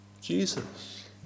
Jesus